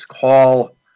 call